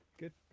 good